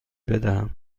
بدهم